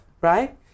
right